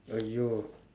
!aiyo!